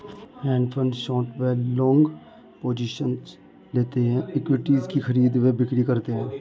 hedge fund short व long positions लेते हैं, इक्विटीज की खरीद व बिक्री करते हैं